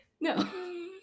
No